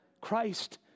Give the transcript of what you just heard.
Christ